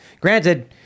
Granted